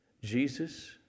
Jesus